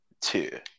two